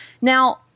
Now